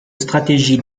stratégie